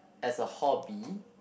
as a hobby